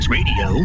Radio